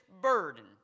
burden